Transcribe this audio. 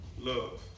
love